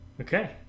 Okay